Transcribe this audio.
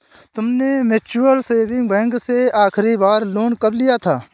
तुमने mutual saving bank से आखरी बार लोन कब लिया था?